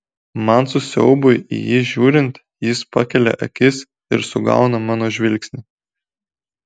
man su siaubui į jį žiūrint jis pakelia akis ir sugauna mano žvilgsnį